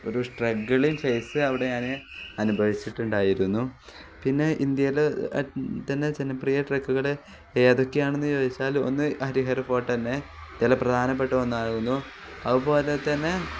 ഒരു struggling phase അവിടെ ഞാന് അനുഭവിച്ചിട്ടുണ്ടായിരുന്നു പിന്നെ ഇന്ത്യയില്ത്തന്നെ ജനപ്രിയ ട്രക്കുകള് ഏതൊക്കെയാണെന്നു ചോദിച്ചാൽ ഒന്ന് ഹരിഹര ഫോർട്ടെന്നെ പ്രധാനപ്പെട്ട ഒന്നാകുന്നു അതുപോലെ തന്നെ